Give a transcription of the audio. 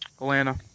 Atlanta